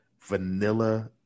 vanilla